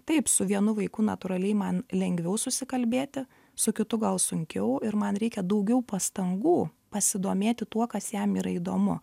taip su vienu vaiku natūraliai man lengviau susikalbėti su kitu gal sunkiau ir man reikia daugiau pastangų pasidomėti tuo kas jam yra įdomu